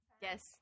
Yes